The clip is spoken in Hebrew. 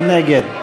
מי נגד?